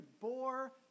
bore